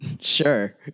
Sure